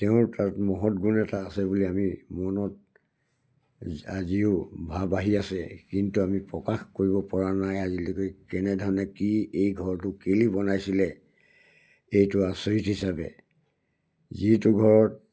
তেওঁৰ তাত মহৎ গুণ এটা আছে বুলি আমি মনত আজিও ভাৱ আহি আছে কিন্তু আমি প্ৰকাশ কৰিব পৰা নাই আজিলৈকে কেনেধৰণে কি এই ঘৰটো কেলৈ বনাইছিলে এইটো আচৰিত হিচাপে যিটো ঘৰত